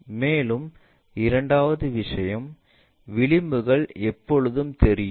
மேலும் இரண்டாவது விஷயம் விளிம்புகள் எப்போதும் தெரியும்